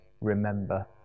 remember